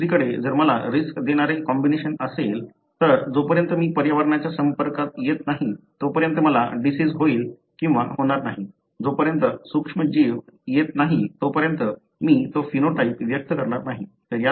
दुसरीकडे जर मला रिस्क देणारे कॉम्बिनेशन असेल तर जोपर्यंत मी पर्यावरणाच्या संपर्कात येत नाही तोपर्यंत मला डिसिज होईल किंवा होणार नाही जोपर्यंत सूक्ष्म जीव येत नाही तोपर्यंत मी तो फेनोटाइप व्यक्त करणार नाही